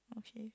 oh !chey!